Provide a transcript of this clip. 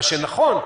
מה שנכון,